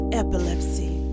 epilepsy